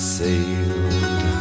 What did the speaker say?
sailed